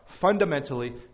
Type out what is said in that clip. fundamentally